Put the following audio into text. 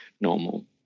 normal